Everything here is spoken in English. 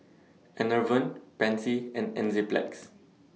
Enervon Pansy and Enzyplex